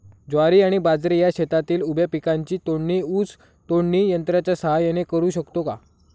ज्वारी आणि बाजरी या शेतातील उभ्या पिकांची तोडणी ऊस तोडणी यंत्राच्या सहाय्याने करु शकतो का?